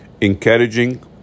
Encouraging